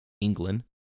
England